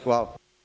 Hvala.